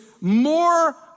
more